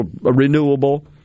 renewable